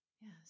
Yes